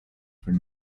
for